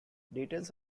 details